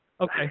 okay